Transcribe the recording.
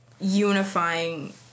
unifying